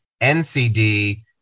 NCD